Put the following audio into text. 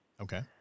Okay